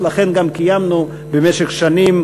לכן גם קיימנו במשך שנים